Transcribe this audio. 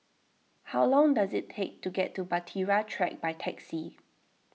how long does it take to get to Bahtera Track by taxi